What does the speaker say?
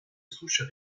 souches